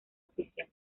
oficial